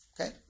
okay